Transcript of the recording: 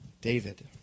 David